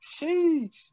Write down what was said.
Sheesh